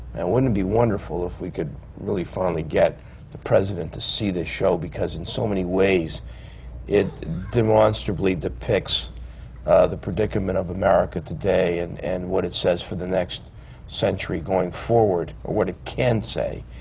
and wouldn't it be wonderful if we could really finally get the president to see this show, because in so many ways it demonstrably depicts the predicament of america today and and what it says for the next century going forward, or what it can say.